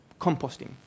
Composting